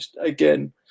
again